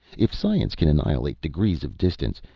if science can annihilate degrees of distance,